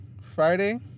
Friday